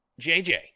JJ